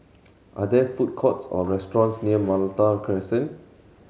are there food courts or restaurants near Malta Crescent